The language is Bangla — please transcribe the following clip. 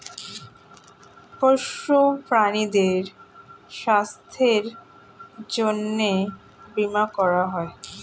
পোষ্য প্রাণীদের স্বাস্থ্যের জন্যে বীমা করা হয়